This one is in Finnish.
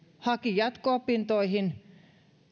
haki jatko opintoihin